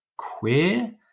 queer